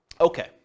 Okay